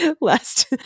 last